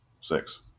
Six